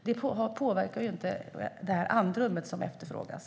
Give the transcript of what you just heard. De påverkar inte det andrum som efterfrågas.